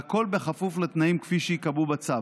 והכול בכפוף לתנאים שייקבעו בצו.